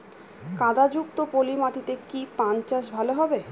কাদা যুক্ত পলি মাটিতে কি পান চাষ ভালো হবে?